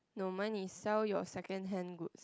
no mine is sell your second hand goods